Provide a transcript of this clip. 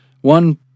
One